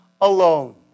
alone